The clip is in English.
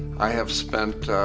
i have spent